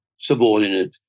subordinate